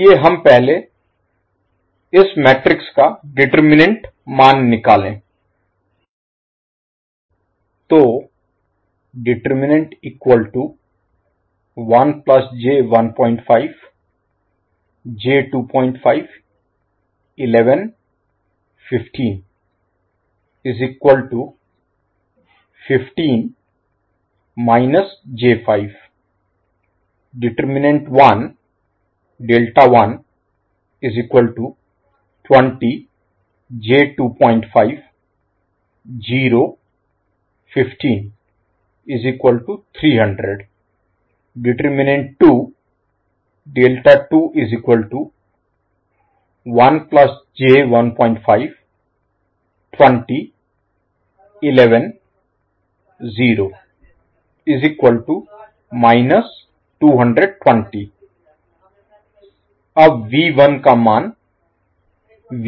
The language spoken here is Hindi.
आइए हम पहले इस मैट्रिक्स का डिटर्मिनेन्ट मान निकालें